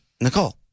Nicole